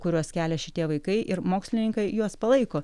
kuriuos kelia šitie vaikai ir mokslininkai juos palaiko